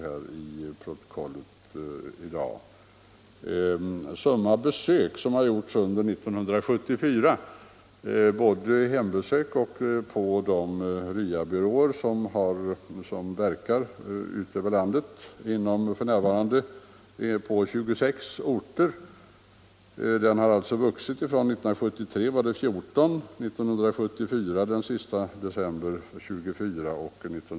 Det finns f. n. RIA-byråer på 26 orter. Är 1973 förekom verksamheten på 14 orter och år 1974 fanns den på 24 orter.